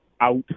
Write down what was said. out